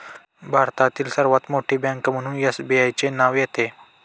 भारतातील सर्वात मोठी बँक म्हणून एसबीआयचे नाव येते